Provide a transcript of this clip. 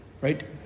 right